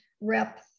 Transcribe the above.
rep